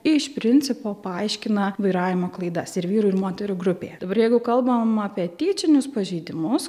iš principo paaiškina vairavimo klaidas ir vyrų ir moterų grupėje dabar jeigu kalbam apie tyčinius pažeidimus